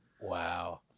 wow